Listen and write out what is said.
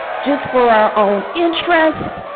just for our own interests,